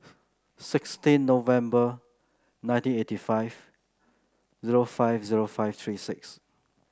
sixteen November nineteen eighty five zero five zero five three six